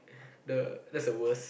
the that's the worst